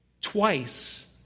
Twice